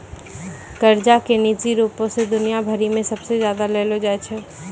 कर्जा के निजी रूपो से दुनिया भरि मे सबसे ज्यादा लेलो जाय छै